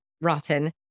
rotten